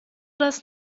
das